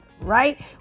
right